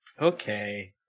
Okay